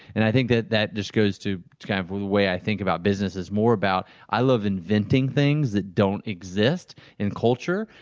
and i think that that just goes to kind of the way i think about business, is more about. i love inventing things that don't exist in culture,